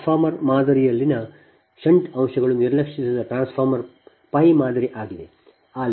transformer ಮಾದರಿಯಲ್ಲಿನ shunt ಅಂಶಗಳು ನಿರ್ಲಕ್ಷಿಸಿದ ಟ್ರಾನ್ಸ್ಫಾರ್ಮರ್ ಪೈ ಮಾದರಿ ಆಗಿದೆ